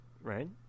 right